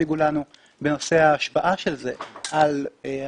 הציגו לנו בנושא ההשפעה של זה על המשק,